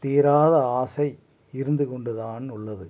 தீராத ஆசை இருந்து கொண்டு தான் உள்ளது